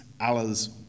Allah's